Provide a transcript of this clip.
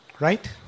Right